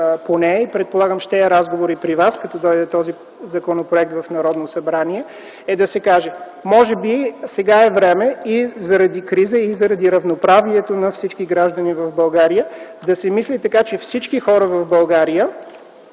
по нея ще разговаряте и при вас, когато дойде този законопроект в Народното събрание, е да се каже: може би сега е време и заради криза, и заради равноправието на всички граждани в България, да се мисли така че всички хора в България,